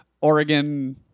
Oregon